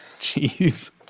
Jeez